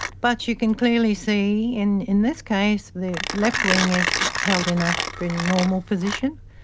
but you can clearly see in in this case the left wing is held in a pretty normal position,